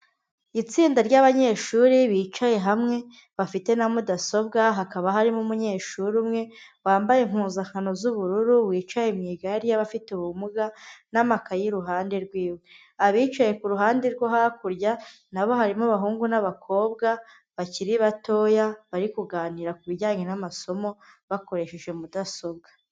Itsinda ry'abanyeshuri bicaye hamwe bafite na mudasobwa, hakaba harimo umunyeshuri umwe wambaye impuzankano z'ubururu wicaye mu igare y'abafite ubumuga n'amakaye iruhande rwiwe. Abicaye ku ruhande rwo hakurya na bo harimo abahungu n'abakobwa bakiri batoya bari kuganira ku bijyanye n'amasomo bakoresheje mudasobwa.